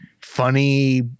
funny